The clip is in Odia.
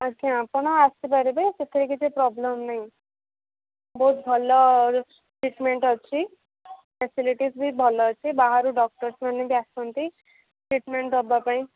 ଆଚ୍ଛା ଆପଣ ଆସିପାରିବେ ସେଥିରେ କିଛି ପ୍ରୋବ୍ଲେମ୍ ନାଇଁ ବହୁତ ଭଲ ଟ୍ରିଟ୍ମେଣ୍ଟ୍ ଅଛି ଫେସଲିଟିଜ୍ ବି ଭଲ ଅଛି ବାହାରୁ ଡ଼କ୍ଟର୍ସ୍ମାନେ ବି ଆସନ୍ତି ଟ୍ରିଟ୍ମେଣ୍ଟ୍ ଦେବା ପାଇଁ